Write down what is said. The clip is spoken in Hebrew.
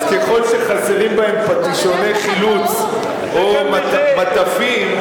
אז ככל שחסרים בהם פטישוני חילוץ או מטפים,